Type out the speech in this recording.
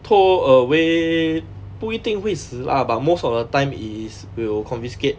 tow away 不一定会死 lah but most of the time it is will confiscate